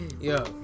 Yo